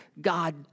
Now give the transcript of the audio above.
God